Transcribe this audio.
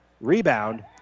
rebound